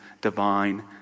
divine